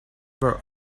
were